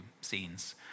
scenes